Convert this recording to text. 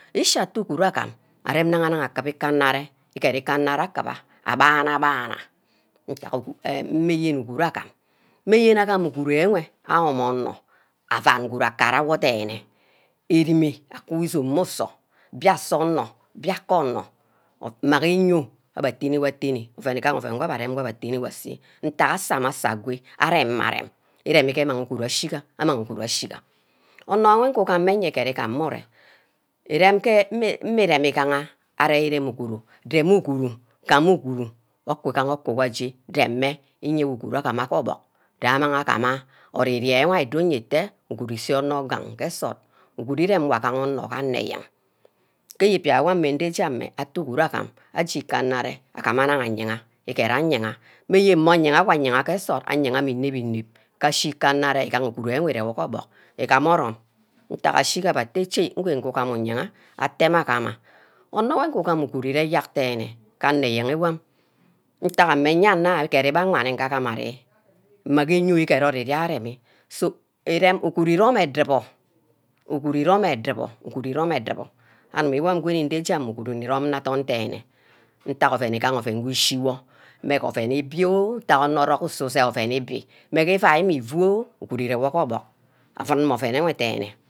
Nshi atteh uguru agam, arem naga- naga erewor gee orbuck, igama orum ntaga ashiga abbeh atteh shea ngee ngu gama oyiha, atteh mmeh agm ah, onor ushi ugam uguru gyerk denne ke anor enye enwam, ntagha mme eyenna gee enick awani ngee abbeh gamah arear, mmeh ge eyoi igam ori-raha remi so irem uguru irome edubor, uguru inme edubor, uguru irome edubor, anip nge nde je uguru irome nne adorn denne ntag ouen igaha ouen wor ishi-wor meh gee ouen ibi wor ntack anor usu je ouen ibi, mege iuai ifu oh uguru ire wor gee orbuck auen mmeh ouen ewe denn.